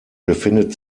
befindet